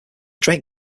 drake